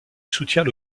soutient